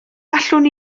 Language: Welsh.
allwn